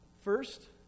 First